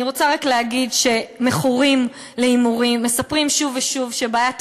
אני רוצה רק להגיד שמכורים להימורים מספרים שוב ושוב שבעיית